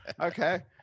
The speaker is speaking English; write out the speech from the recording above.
Okay